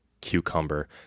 cucumber